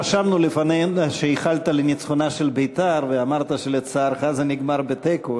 רשמנו לפנינו שייחלת לניצחונה של "בית"ר" ואמרת שלצערך זה נגמר בתיקו.